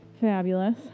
Fabulous